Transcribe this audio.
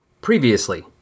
Previously